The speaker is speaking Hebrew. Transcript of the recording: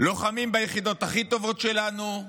לוחמים ביחידות הכי טובות שלנו: